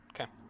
Okay